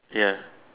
ya